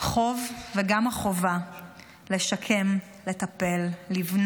חוב, וגם החובה לשקם, לטפל, לבנות,